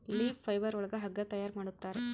leaf fibre ಒಳಗ ಹಗ್ಗ ತಯಾರ್ ಮಾಡುತ್ತಾರೆ